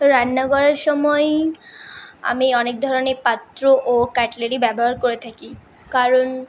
তো রান্না করার সময় আমি অনেক ধরনের পাত্র ও কাটলারি ব্যবহার করে থাকি কারণ